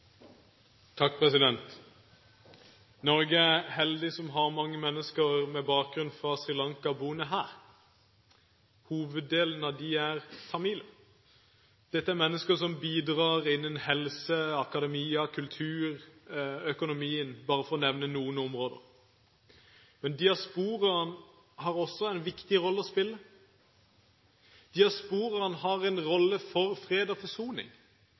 heldig som har mange mennesker med bakgrunn fra Sri Lanka boende her. Hoveddelen av disse er tamiler. Dette er mennesker som bidrar innen helse, akademia, kultur og økonomi, bare for å nevne noen områder. Men diasporaen har også en viktig rolle å spille. Diasporaen har en rolle å spille for